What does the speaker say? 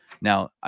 Now